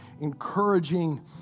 encouraging